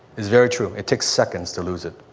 it's very true. it takes seconds to lose it.